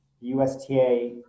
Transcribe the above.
USTA